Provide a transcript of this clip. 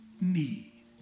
need